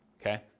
okay